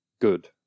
good